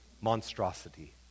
monstrosity